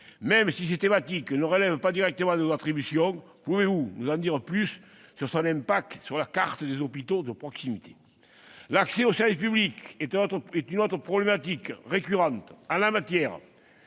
Même si ces thématiques ne relèvent pas directement de vos attributions, pouvez-vous nous en dire davantage à propos de son impact sur la carte des hôpitaux de proximité ? L'accès aux services publics est une autre problématique récurrente. En la matière,